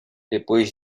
depois